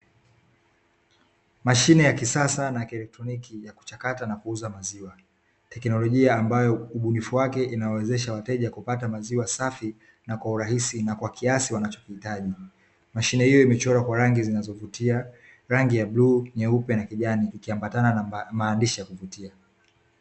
Mashine ya kisasa na ya kielektroniki ya kuchakata na kuuza maziwa, teknolojia ambayo ubunifu wake inawezesha wateja kupata maziwa safi na kwa urahisi na kwa kiasi wanachokihitaji. Mashine hiyo imechorwa kwa rangi zinazovutia, rangi ya: bluu, nyeupe, na kijani; ikiambatana na maandishi ya kuvutia.